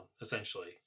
essentially